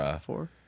four